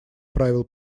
правил